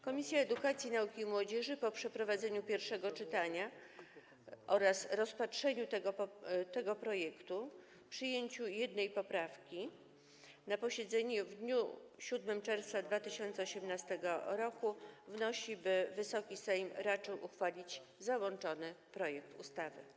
Komisja Edukacji, Nauki i Młodzieży po przeprowadzeniu pierwszego czytania oraz rozpatrzeniu tego projektu i przyjęciu jednej poprawki na posiedzeniu w dniu 7 czerwca 2018 r. wnosi, by Wysoki Sejm raczył uchwalić załączony projekt ustawy.